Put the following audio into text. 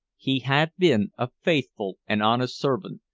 he had been a faithful and honest servant,